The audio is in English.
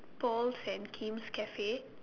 Paul's and Kim's cafe